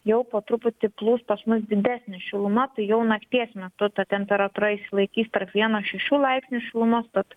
jau po truputį plūs pas mus didesnė šiluma tai jau nakties metu ta temperatūra išsilaikys tarp vieno šešių laipsnių šilumos tad